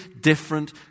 different